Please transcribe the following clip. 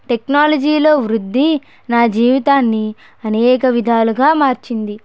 టెక్నాలజీలో వృద్ధి నా జీవితాన్ని అనేక విధాలుగా మార్చింది